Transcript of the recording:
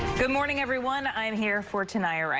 good morning, everyone. i'm here for taniya wright.